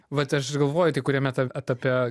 vat aš galvoju tai kuriam eta etape